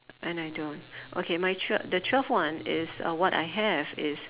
and I don't okay my tw~ the twelve one is uh what I have is